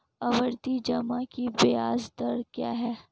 आवर्ती जमा की ब्याज दर क्या है?